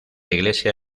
iglesia